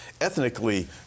ethnically